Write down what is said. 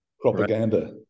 propaganda